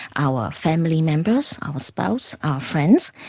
our family members, our spouse, our friends.